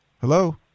Hello